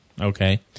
Okay